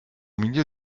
milieu